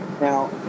Now